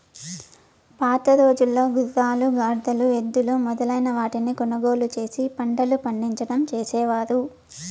పాతరోజుల్లో గుర్రాలు, గాడిదలు, ఎద్దులు మొదలైన వాటిని కొనుగోలు చేసి పంటలు పండించడం చేసేవారు